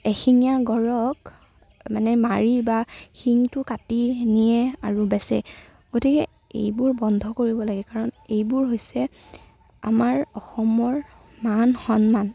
এশিঙীয়া গড়ক মানে মাৰি বা শিঙটো কাটি নিয়ে আৰু বেচে গতিকে এইবোৰ বন্ধ কৰিব লাগে কাৰণ এইবোৰ হৈছে আমাৰ অসমৰ মান সন্মান